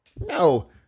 no